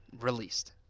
Released